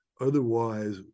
otherwise